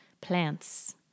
plants